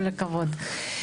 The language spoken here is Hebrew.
כל הכבוד.